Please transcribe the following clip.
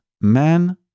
man